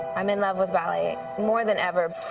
i'm in love with ballet more than ever.